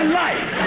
life